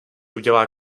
udělá